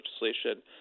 legislation